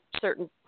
certain